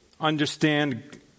understand